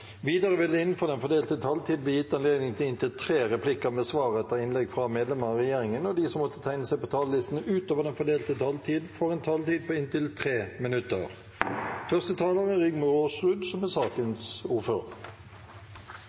Videre vil det – innenfor den fordelte taletid – bli gitt anledning til inntil tre replikker med svar etter innlegg fra medlemmer av regjeringen, og de som måtte tegne seg på talerlisten utover den fordelte taletid, får også en taletid på inntil 3 minutter.